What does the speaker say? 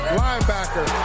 linebacker